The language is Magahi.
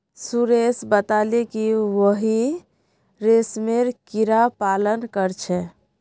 सुरेश बताले कि वहेइं रेशमेर कीड़ा पालन कर छे